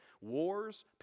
wars